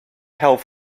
health